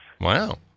Wow